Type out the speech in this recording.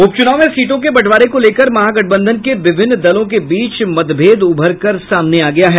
उपच्रनाव में सीटों के बंटवारे को लेकर महागठबंधन के विभिन्न दलों के बीच मतभेद उभरकर सामने आ गया है